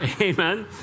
Amen